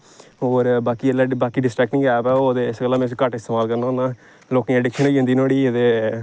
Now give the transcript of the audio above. और बाकी distracting app ऐ इस गल्ला में उन्हें गी घट्ट इस्तेमाल करना होन्ना लोकें गी इंडिकेशन होई जंदी नुआढ़ी ते